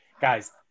guys